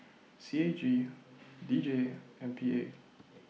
C A G D J and P A